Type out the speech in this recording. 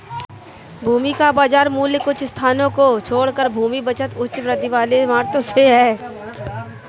भूमि का बाजार मूल्य कुछ स्थानों को छोड़कर भूमि बचत उच्च वृद्धि वाली इमारतों से है